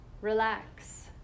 relax